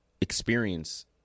experience